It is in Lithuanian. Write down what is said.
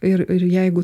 ir ir jeigu